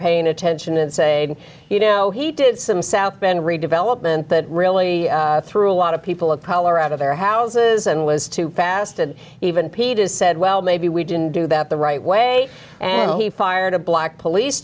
paying attention and say you know he did some south bend redevelopment that really threw a lot of people of color out of their houses and was too fast and even peters said well maybe we didn't do that the right way and he fired a black police